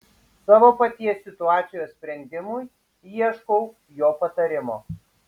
savo paties situacijos sprendimui ieškau jo patarimo